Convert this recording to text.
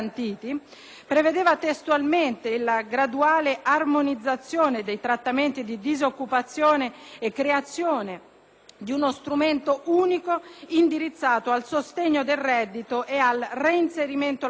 prevedeva testualmente la graduale armonizzazione dei trattamenti di disoccupazione e la creazione di uno strumento unico indirizzato al sostegno del reddito e al reinserimento lavorativo